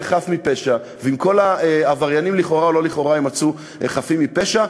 חף מפשע ואם כל העבריינים לכאורה או לא לכאורה יימצאו חפים מפשע.